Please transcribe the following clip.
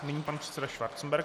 Nyní pan předseda Schwarzenberg.